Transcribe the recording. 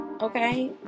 Okay